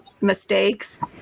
mistakes